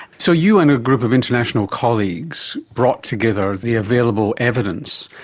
so you and a group of international colleagues brought together the available evidence.